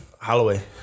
Holloway